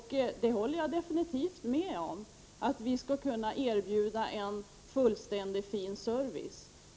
Det håller jag absolut med om. Man måste kunna erbjuda en fullständig och fin service.